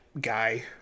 guy